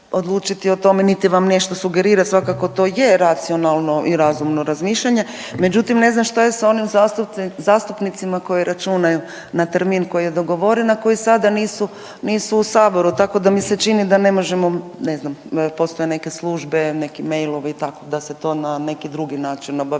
odlučiti o tome niti vam nešto sugerirati svakako to je racionalno i razumno razmišljanje, međutim ne znam šta je s onim zastupnicima koji računaju na termin koji je dogovoren, a koji sada nisu, nisu u saboru tako da mi se čini da ne možemo ne znam postoje neke službe, neki mailovi i tako da se to na neki drugi način obavijesti,